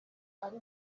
ari